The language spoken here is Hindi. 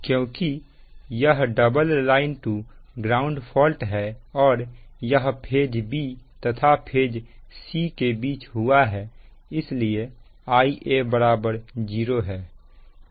क्योंकि यह double line to ground fault है और यह फेज b तथा फेज c के बीच हुआ है इसलिए Ia 0 है